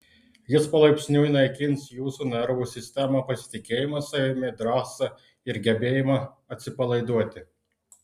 jis palaipsniui naikins jūsų nervų sistemą pasitikėjimą savimi drąsą ir gebėjimą atsipalaiduoti